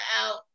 out